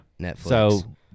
Netflix